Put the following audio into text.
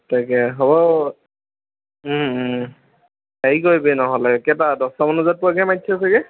তাকে হ'ব হেৰি কৰিবি নহ'লে কেইটা দহটামান বজাত পোৱাকৈহে মাতিছে চাগৈ